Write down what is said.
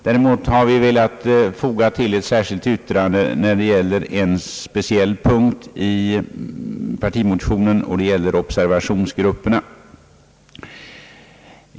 Däremot har vi velat avge ett särskilt yttrande när det gäller en speciell punkt i partimotionen, och den rör observationsgrupperna.